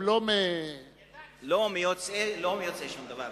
ידעתי שתגיד.